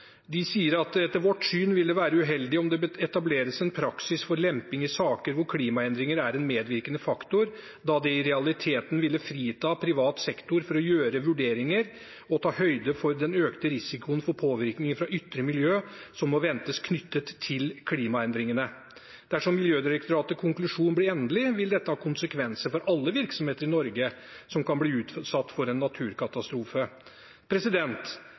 De sier: «Etter Miljødirektoratets syn vil det være uheldig om det etableres en praksis for lemping i saker hvor klimaendringer er en medvirkende faktor, da det i realiteten ville frita privat sektor fra å gjøre vurderinger og ta høyde for den økte risikoen for påvirkning fra ytre miljø som må ventes knyttet til klimaendringene.» Dersom Miljødirektoratets konklusjon blir endelig, vil dette ha konsekvenser for alle virksomheter i Norge som kan bli utsatt for en naturkatastrofe.